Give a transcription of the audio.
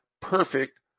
perfect